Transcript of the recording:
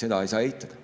Seda ei saa eitada.